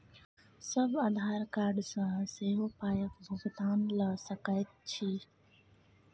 आब आधार कार्ड सँ सेहो पायक भुगतान ल सकैत छी